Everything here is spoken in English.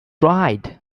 right